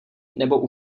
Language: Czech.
nebo